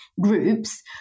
groups